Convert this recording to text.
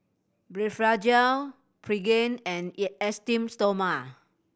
Blephagel Pregain and Esteem Stoma